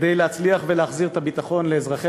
וכדי להצליח ולהחזיר את הביטחון לאזרחי